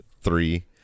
three